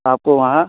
आपको वहाँ